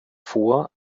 vor